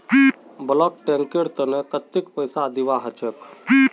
bulk tanker तने कत्ते पैसा दीबा ह छेक